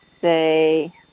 say